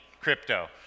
crypto